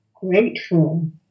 grateful